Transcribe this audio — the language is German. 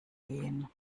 gehen